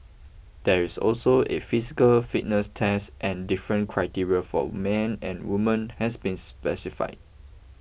there is also a physical fitness test and different criteria for men and women has been specified